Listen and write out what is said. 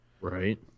right